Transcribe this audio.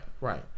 right